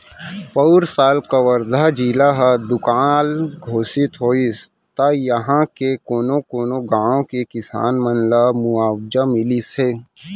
पउर साल कवर्धा जिला ह दुकाल घोसित होइस त उहॉं के कोनो कोनो गॉंव के किसान मन ल मुवावजा मिलिस हे